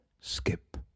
Skip